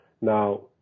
Now